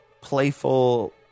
playful